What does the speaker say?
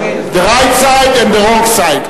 the right side and the wrong side,